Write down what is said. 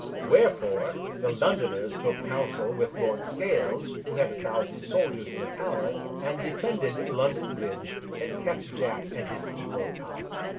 wherefore, the londoners took counsel with lord scales, who had a thousand soldiers in the tower and defended london bridge, and kept jack and his people out.